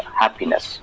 happiness